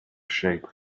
shape